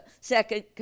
Second